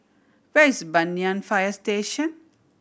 where is Banyan Fire Station